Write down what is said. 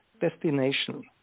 destination